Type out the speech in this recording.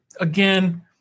again